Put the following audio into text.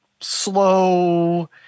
slow